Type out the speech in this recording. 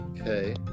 Okay